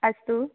अस्तु